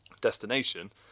destination